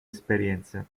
esperienze